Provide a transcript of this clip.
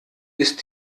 ist